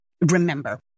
remember